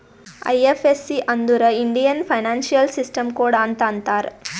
IFSC ಅಂದುರ್ Indian financial system code ಅಂತ್ ಅಂತಾರ್